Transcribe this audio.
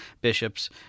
bishops